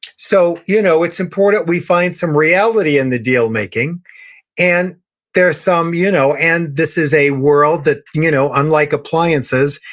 so you know it's important we find some reality in the deal-making and there's some, you know and this is a world that, you know unlike appliances,